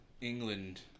England